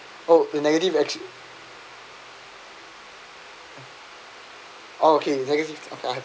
oh the negative exp~ oh okay negative